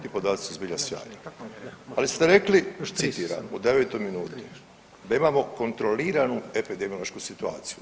Ti podaci su zbilja sjajni, ali ste rekli citiram u devetoj minuti da imamo kontroliranu epidemiološku situaciju.